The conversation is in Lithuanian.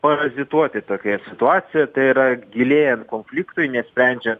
parazituoti tokioje situacijoje tai yra gilėjant konfliktui nesprendžiant